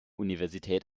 universität